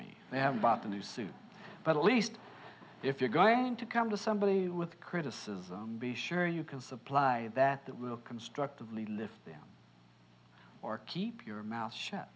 they haven't bought a new suit but at least if you're going to come to somebody with criticism be sure you can supply that that will constructively lift them or keep your mouth shut